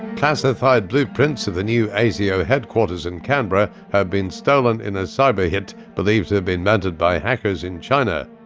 classified blueprints of the new asio headquarters in canberra have been stolen in a cyber hit believed to have been mounted by hackers in china.